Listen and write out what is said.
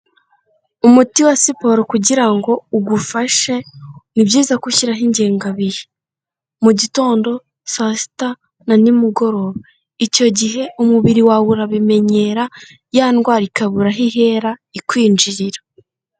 Umuti wa siporo kugira ngo ugufashe ni byiza gushyiraho ingengabihe, mu gitondo, saa sita, na nimugoroba, icyo gihe umubiri wawe urabimenyera ya ndwara ikabura aho ihera ikwinjirira.